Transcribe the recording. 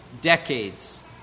decades